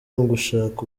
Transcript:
ugushaka